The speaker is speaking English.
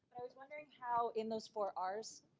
i was wondering how in those four um rs,